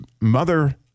mother